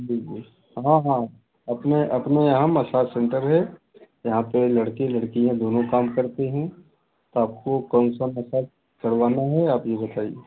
बिल्कुल हाँ हाँ अपने अपने यहाँ मसाज सेंटर है यहाँ पर लड़के लड़कियाँ दोनों काम करते हैं तो आपको कौन सा मसाज करवाना है आप ये बताइए